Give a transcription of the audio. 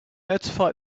notified